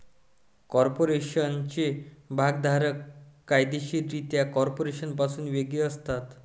कॉर्पोरेशनचे भागधारक कायदेशीररित्या कॉर्पोरेशनपासून वेगळे असतात